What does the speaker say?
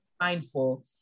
mindful